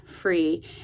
free